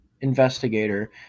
investigator